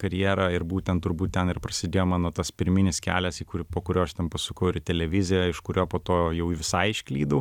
karjerą ir būtent turbūt ten ir prasidėjo mano tas pirminis kelias į kurį po kurio aš ten pasukau ir į televiziją iš kurio po to jau visai išklydau